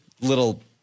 little